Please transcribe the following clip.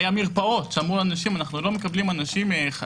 היו מרפאות, שאמרו לאנשים: אנחנו לא מקבלים חרדים.